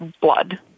blood